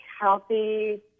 healthy